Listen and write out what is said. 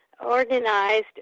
organized